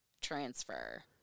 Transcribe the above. transfer